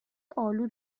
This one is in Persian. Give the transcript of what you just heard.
آلو